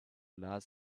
lars